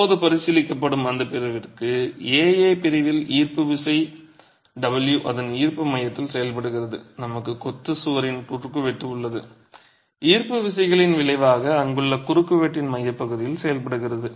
இப்போது பரிசீலிக்கப்படும் அந்த பிரிவிற்கு A A பிரிவில் ஈர்ப்பு விசை W அதன் ஈர்ப்பு மையத்தில் செயல்படுகிறது நமக்கு கொத்து சுவரின் குறுக்குவெட்டு உள்ளது ஈர்ப்பு விசைகளின் விளைவாக அங்குள்ள குறுக்குவெட்டின் மையப்பகுதியில் செயல்படுகிறது